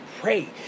pray